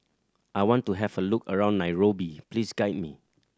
I want to have a look around Nairobi please guide me